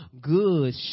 good